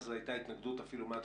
אז הייתה התנגדות מההתחלה,